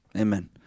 Amen